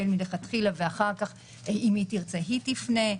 מלכתחילה ואחר כך אם היא תרצה היא תפנה.